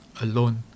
alone